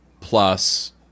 plus